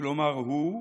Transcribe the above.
כלומר הוא,